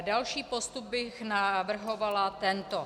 Další postup bych navrhovala tento.